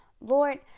Lord